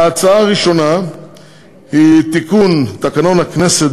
ההצעה הראשונה היא תיקון תקנון הכנסת